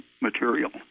material